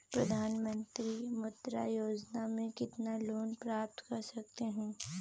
प्रधानमंत्री मुद्रा योजना में कितना लोंन प्राप्त कर सकते हैं?